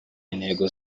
intego